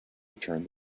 returned